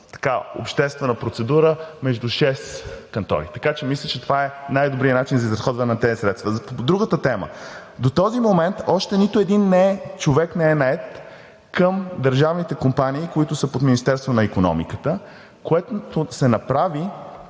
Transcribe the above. на обществена процедура между шест кантори. Така че мисля, че това е най-добрият начин за изразходване на тези средства. Другата тема. До този момент още нито един човек не е нает към държавните компании, които са под Министерството на икономиката. Това, което се направи,